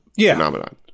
phenomenon